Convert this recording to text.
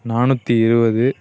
நானூற்றி இருபது